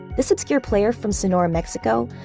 this obscure player from sonora, mexico,